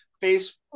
face